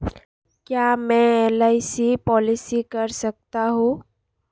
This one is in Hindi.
क्या मैं एल.आई.सी पॉलिसी कर सकता हूं?